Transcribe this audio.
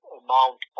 amount